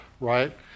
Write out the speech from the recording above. right